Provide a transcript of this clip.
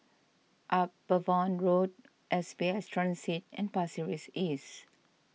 Upavon Road S B S Transit and Pasir Ris East